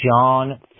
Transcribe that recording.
John